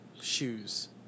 shoes